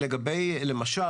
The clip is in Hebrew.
למשל,